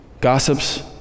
gossips